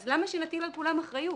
אז למה שנטיל על כולם אחריות?